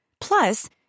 Plus